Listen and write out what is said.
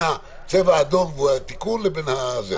הצבע האדום של התיקון לבין הנוסח המקורי.